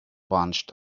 bunched